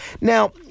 Now